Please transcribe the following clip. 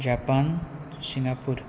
Japan Singapore